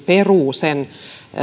peruu sen